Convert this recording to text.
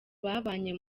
babanye